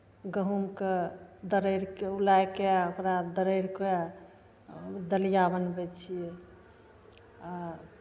गहूँमके दरड़ि कऽ उलाय कऽ ओकरा दरड़ि कऽ आओर दलिया बनबै छियै आ